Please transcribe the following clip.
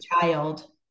child